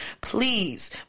Please